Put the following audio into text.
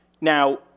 Now